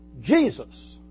Jesus